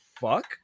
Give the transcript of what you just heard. fuck